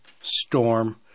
storm